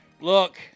look